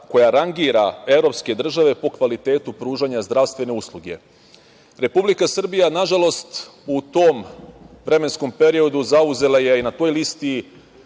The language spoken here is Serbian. koja rangira evropske države po kvalitetu pružanja zdravstvene usluge. Republika Srbija, nažalost, u tom vremenskom periodu zauzela je na toj listi